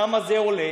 כמה זה עולה,